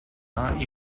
not